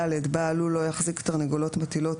(ד)בעל לול לא יחזיק תרנגולות מטילות